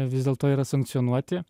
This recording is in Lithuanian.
vis dėlto yra sankcionuoti